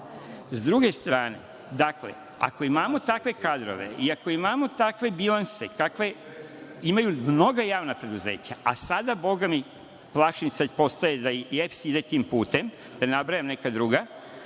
druge strane, ako imamo takve kadrove i ako imamo takve bilanse kakve imaju mnoga javna preduzeća, a sada, bogami, plašim se da i EPS ide tim putem, da ne nabrajam neka druga,